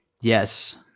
Yes